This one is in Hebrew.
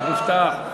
סעיף 1, כהצעת הוועדה,